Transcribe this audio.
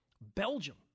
Belgium